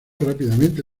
rápidamente